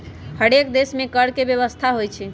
हरेक देश में कर के व्यवस्था होइ छइ